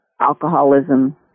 alcoholism